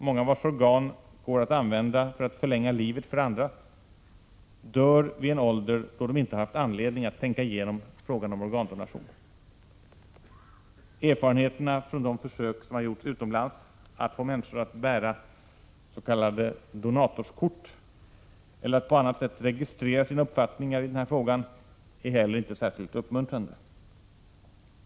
Många, vars organ går att använda för att förlänga livet för andra, dör vid en ålder då de inte har haft anledning att tänka igenom frågan om organdonation. Erfarenheterna från de försök som har gjorts utomlands att få människor att — Prot. 1986/87:117 bära s.k. donatorskort eller att på annat sätt registrera sina uppfattningar i 6 maj 1987 den här frågan är heller inte särskilt uppmuntrande.